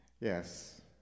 yes